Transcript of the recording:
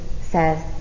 says